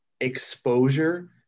exposure